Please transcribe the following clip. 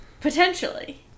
Potentially